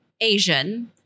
Asian